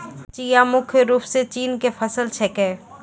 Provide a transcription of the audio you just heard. चिया मुख्य रूप सॅ चीन के फसल छेकै